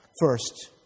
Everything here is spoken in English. first